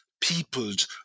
peopled